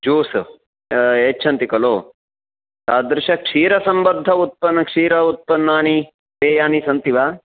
juice यच्छन्ति खलु तादृश क्षीरसम्बद्ध उत्पन्नं क्षीरम् उत्पन्नानि पेयानि सन्ति वा